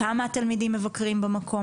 כמה תלמידים מבקרים במקום?